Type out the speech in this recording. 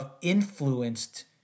influenced